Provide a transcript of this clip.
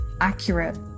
accurate